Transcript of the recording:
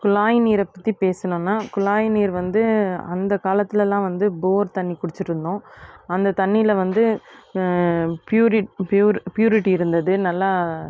குழாய் நீரைப் பற்றிப் பேசணும்னா குழாய் நீர் வந்து அந்த காலத்திலலாம் வந்து போர் தண்ணி குடிச்சிட்டு இருந்தோம் அந்த தண்ணியில வந்து ப்யூரிட் ப்யூர் ப்யூரிட்டி இருந்தது நல்லா